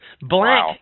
Black